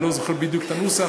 אני לא זוכר בדיוק את הנוסח,